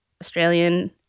Australian